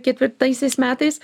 ketvirtaisias metais